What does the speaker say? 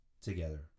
together